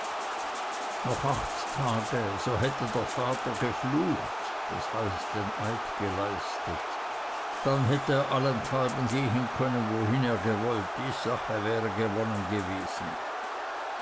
noch acht tage so hätte der vater geflucht gehabt dann hätte er seinethalben gehen können wohin er gewollt die sache wäre gewonnen gewesen